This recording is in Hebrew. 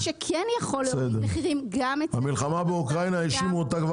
מה שכן יכול להוריד מחירים --- האשימו כבר את המלחמה באוקראינה בכל.